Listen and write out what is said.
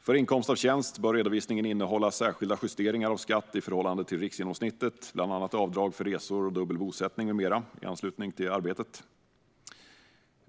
För inkomst av tjänst bör redovisningen innehålla särskilda justeringar av skatt i förhållande till riksgenomsnittet, bland annat avdrag för resor och dubbel bosättning med mera i anslutning till arbetet.